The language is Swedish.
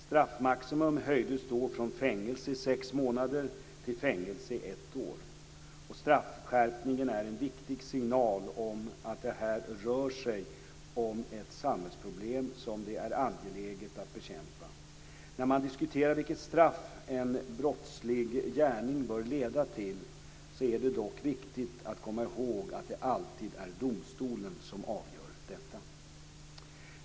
Straffmaximum höjdes då från fängelse i sex månader till fängelse i ett år. Straffskärpningen är en viktig signal om att det här rör sig om ett samhällsproblem som det är angeläget att bekämpa. När man diskuterar vilket straff en brottslig gärning bör leda till är det dock viktigt att komma ihåg att det alltid är domstolen som avgör detta.